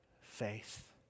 faith